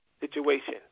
situation